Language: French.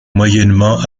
moyennement